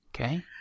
okay